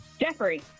Jeffrey